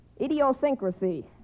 Idiosyncrasy